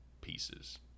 pieces